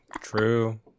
True